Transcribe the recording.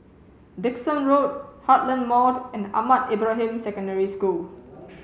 Dickson Road Heartland Mall and Ahmad Ibrahim Secondary School